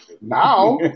Now